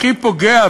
הכי פוגע,